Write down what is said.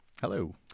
Hello